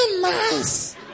nice